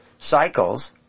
cycles